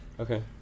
Okay